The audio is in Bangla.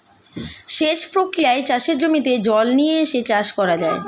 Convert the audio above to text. সেচ প্রক্রিয়ায় চাষের জমিতে জল নিয়ে এসে চাষ করা যায়